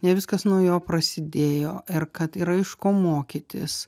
ne viskas nuo jo prasidėjo ir kad yra iš ko mokytis